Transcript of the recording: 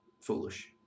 foolish